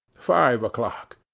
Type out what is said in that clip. five o'clock.